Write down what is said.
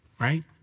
right